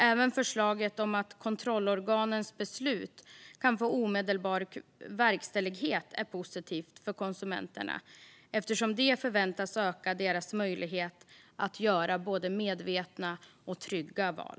Även förslaget om att kontrollorganens beslut ska få omedelbar verkställighet är positivt för konsumenterna eftersom detta förväntas öka deras möjlighet att göra både medvetna och trygga val.